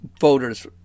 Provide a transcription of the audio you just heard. voters